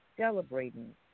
Celebrating